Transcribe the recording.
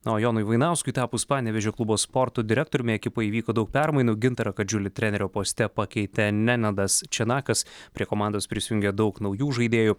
na o jonui vainauskui tapus panevėžio klubo sporto direktoriumi ekipoje įvyko daug permainų gintarą kadžiulį trenerio poste pakeitė nenadas čenakas prie komandos prisijungė daug naujų žaidėjų